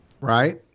Right